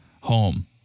home